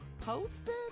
posted